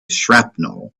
shrapnel